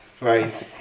Right